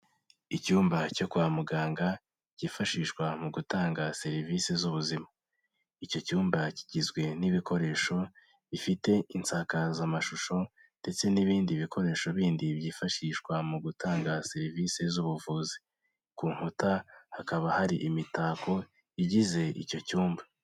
Icyumba cyo kwa muganga cyifashishwa mu gutanga serivisi z'ubuzima, icyo cyumba kigizwe n'ibikoresho bifite insakazamashusho ndetse n'ibindi bikoresho bindi byifashishwa mu gutanga serivisi z'ubuvuzi, ku nkuta hakaba hari imitako igize icyo cyumba.